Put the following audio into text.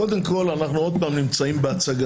קודם כול, אנחנו עוד פעם נמצאים בהצגה.